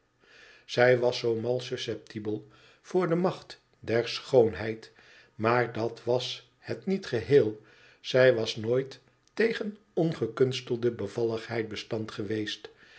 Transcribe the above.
zij was zoo mal susceptibel voor de macht der schoonheid maar dat was het niet geheel zij was nooit tegen ongekunstelde bevalligheid bestand geweest